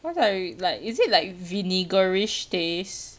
once I like is it like vinegarish taste